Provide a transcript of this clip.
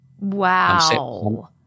Wow